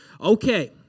Okay